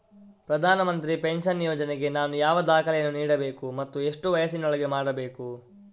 ಪ್ರಧಾನ ಮಂತ್ರಿ ಪೆನ್ಷನ್ ಯೋಜನೆಗೆ ನಾನು ಯಾವ ದಾಖಲೆಯನ್ನು ನೀಡಬೇಕು ಮತ್ತು ಎಷ್ಟು ವಯಸ್ಸಿನೊಳಗೆ ಮಾಡಬೇಕು?